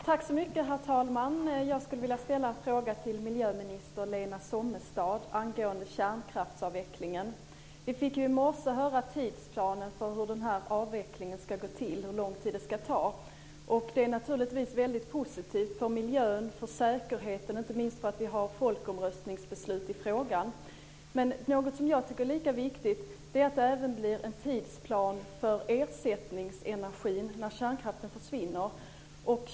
Herr talman! Jag skulle vilja ställa en fråga till miljöminister Lena Sommestad angående kärnkraftsavvecklingen. Vi fick i morse höra om tidsplanen för hur avvecklingen ska gå till och hur lång tid denna ska ta. Det är naturligtvis väldigt positivt för miljön och säkerheten att vi har ett folkomröstningsbeslut i frågan, men jag tycker att det är lika viktigt att det kommer en tidsplan även för ersättningsenergin när kärnkraften försvinner.